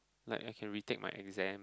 like I can retake my exam